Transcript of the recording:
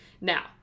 now